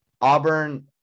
Auburn